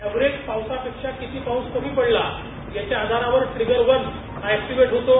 average पावसापेक्षा किती पाऊस कमी पडला याच्या आधारावर ट्रिगरवर हा ऍक्टीवेट होतो